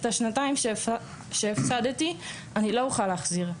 את השנתיים שהפסדתי לא אוכל להחזיר.